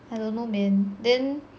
I don't know [man] then